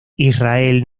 israel